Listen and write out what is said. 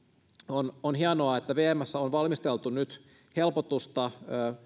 on on hienoa että vmssä on valmisteltu nyt helpotusta